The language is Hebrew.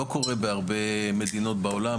לא קורה בהרבה מדינות בעולם,